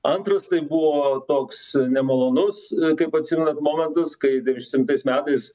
antras tai buvo toks nemalonus kaip atsimenat momentas kai devyniasdešimt septintais metais